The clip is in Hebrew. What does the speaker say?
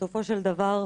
בסופו של דבר,